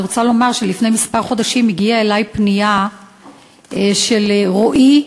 אני רוצה לומר שלפני מספר חודשים הגיעה אלי פנייה של רועי,